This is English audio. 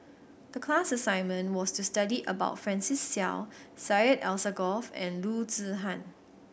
the class assignment was to study about Francis Seow Syed Alsagoff and Loo Zihan